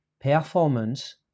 performance